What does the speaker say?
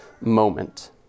moment